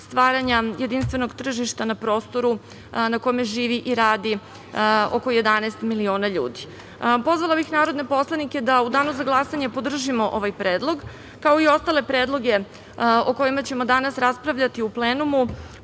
jedinstvenog tržišta na prostoru na kome živi i radi oko 11 miliona ljudi. Pozvala bih narodne poslanike da u danu za glasanje podržimo ovaj predlog, kao i ostale predloge o kojima ćemo danas raspravljati u plenumu,